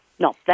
No